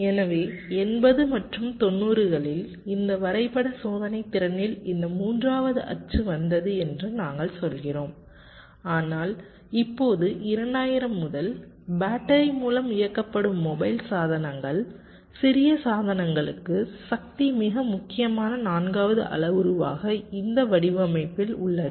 எனவே 80 மற்றும் 90 களில் இந்த வரைபட சோதனைத்திறனில் இந்த மூன்றாவது அச்சு வந்தது என்று நாங்கள் சொல்கிறோம் ஆனால் இப்போது 2000 முதல் பேட்டரி மூலம் இயக்கப்படும் மொபைல் சாதனங்கள் சிறிய சாதனங்களுக்கு சக்தி மிக முக்கியமான நான்காவது அளவுருவாக இந்த வடிவமைப்புல் உள்ளது